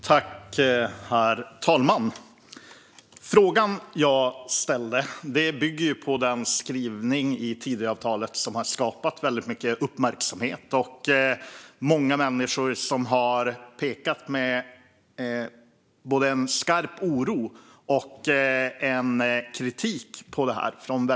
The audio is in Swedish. Herr talman! Frågan jag ställde bygger på den skrivning i Tidöavtalet som har skapat väldigt mycket uppmärksamhet. Många människor från många olika yrkesgrupper i samhället har pekat med både en skarp oro och en kritik på detta.